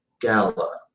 gala